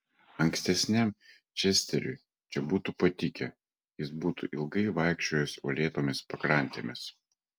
ankstesniam česteriui čia būtų patikę jis būtų ilgai vaikščiojęs uolėtomis pakrantėmis